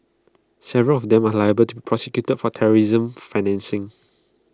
several of them are liable to prosecuted for terrorism financing